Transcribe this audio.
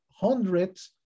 hundreds